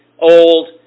old